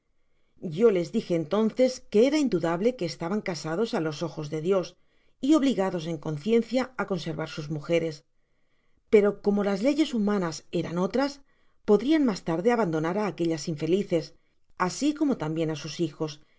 yo les dije entonces que era indudable que estaban casados á los ojos de dios y obligadosieb conciencia á conservar sus mujeres pero como las leyes humanas eran otras podrian mas tarde abandonar á aquellas infelices asi como tambien á sus hijos